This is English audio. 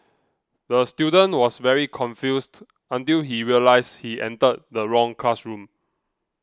the student was very confused until he realised he entered the wrong classroom